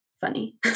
funny